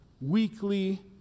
weekly